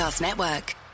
Network